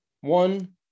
One